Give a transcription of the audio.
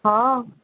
ହଁ